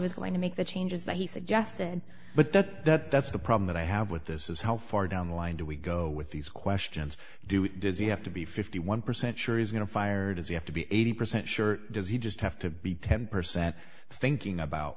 was going to make the changes that he suggested but that that's the problem that i have with this is how far down the line do we go with these questions do you have to be fifty one percent sure he's going to fire does he have to be eighty percent sure does he just have to be ten percent thinking about